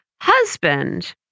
husband